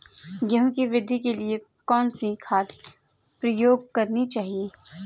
गेहूँ की वृद्धि के लिए कौनसी खाद प्रयोग करनी चाहिए?